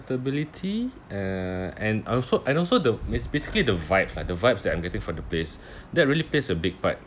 comfortability uh and also and also the it's basically the vibes ah the vibes that I'm getting for the place that really plays a big part